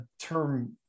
term